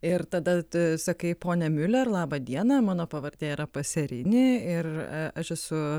ir tada tu sakai ponia miuler labą dieną mano pavardė yra paserini ir aš esu